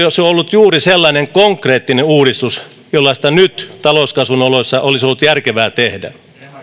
olisi ollut juuri sellainen konkreettinen uudistus jollaista nyt talouskasvun oloissa olisi ollut järkevä tehdä